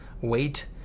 Wait